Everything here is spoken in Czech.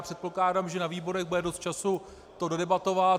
Předpokládám, že na výborech bude dost času to dodebatovat.